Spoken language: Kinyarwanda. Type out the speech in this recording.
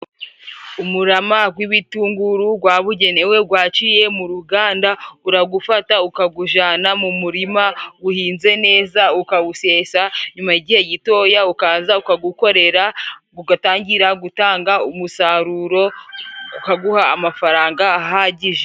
Umurama w'ibitunguru wagenewe waciye mu ruganda urawufata ukawujyana mu murima uhinze neza ukawusesa, nyuma y'igihe gitoya ukaza ukawukorera ugatangira gutanga umusaruro ukaguha amafaranga ahagije.